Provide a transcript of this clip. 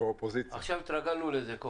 עכשיו התרגלנו לזה.